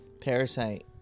Parasite